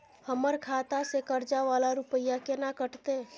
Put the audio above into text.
हमर खाता से कर्जा वाला रुपिया केना कटते?